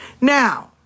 Now